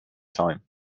time